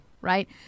right